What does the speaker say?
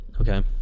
Okay